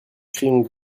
crayons